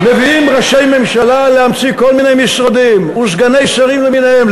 מביאים ראשי ממשלה להמציא כל מיני משרדים וסגני שרים למיניהם.